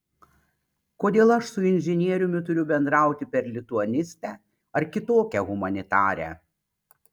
kodėl aš su inžinieriumi turiu bendrauti per lituanistę ar kitokią humanitarę